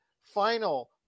final